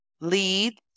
lead